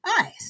eyes